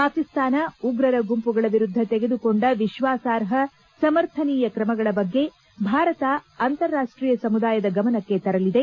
ಪಾಕಿಸ್ತಾನ ಉಗ್ರರ ಗುಂಪುಗಳ ವಿರುದ್ದ ತೆಗೆದುಕೊಂಡ ವಿಶ್ವಾಸಾರ್ಹ ಸಮರ್ಥನೀಯ ಕ್ರಮಗಳ ಬಗ್ಗೆ ಭಾರತ ಅಂತಾರಾಷ್ಷೀಯ ಸಮುದಾಯದ ಗಮನಕ್ಕೆ ತರಲಿದೆ